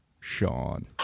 sean